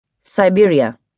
Siberia